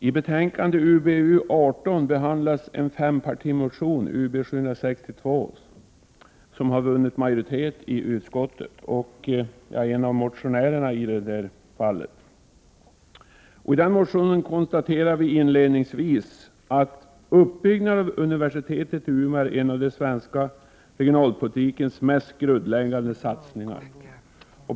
Fru talman! I utbildningsutskottets betänkande 18 behandlas en fempartimotion, Ub762, som har vunnit majoritet i utskottet. Jag är en av motionärerna bakom den motionen. I motionen konstaterar vi inledningsvis att uppbyggnaden av universitetet i Umeå är en av den svenska regionalpoli 49 tikens mest grundläggande satsningar.